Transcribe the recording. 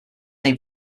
may